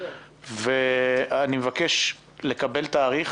אני מבקש לקבל תאריך